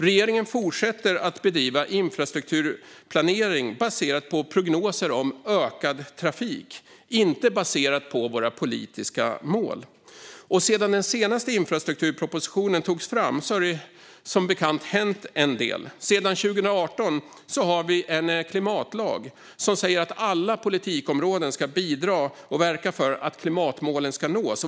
Regeringen fortsätter att bedriva infrastrukturplanering baserat på prognoser om ökad trafik, inte baserat på våra politiska mål. Sedan den senaste infrastrukturpropositionen togs fram har det som bekant hänt en del. Sedan 2018 har vi en klimatlag som säger att alla politikområden ska bidra till och verka för att klimatmålen nås.